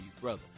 brother